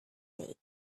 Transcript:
date